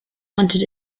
wanted